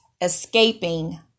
escaping